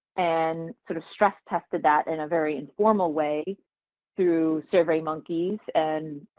and sort of stress tested that in a very informal way through survey monkey and